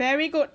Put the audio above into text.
very good